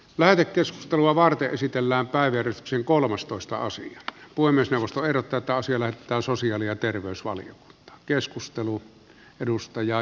lähetekeskustelua varten esitellään päivyri sen kolmastoista osiin voi myös nousta verotetaan siellä on sosiaali ja terveysvalio arvoisa puhemies